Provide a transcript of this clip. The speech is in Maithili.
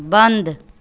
बन्द